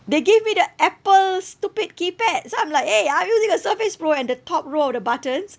they gave me the Apple stupid keypad so I'm like eh I using a Surface Pro and the top row of the buttons